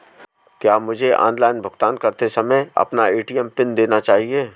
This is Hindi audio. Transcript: क्या मुझे ऑनलाइन भुगतान करते समय अपना ए.टी.एम पिन देना चाहिए?